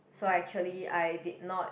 so actually I did not